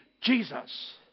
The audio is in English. Jesus